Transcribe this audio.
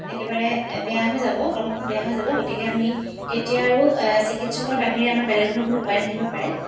একেবাৰে বেয়া হৈ যাব ক্ৰমশঃ বেয়া হৈ যাব গতিকে আমি তেতিয়া আৰু চিকিৎসকৰ বাহিৰে আমাৰ বেলেগ ধৰণৰ কোনো উপায় নাথাকিব পাৰে